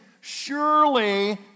surely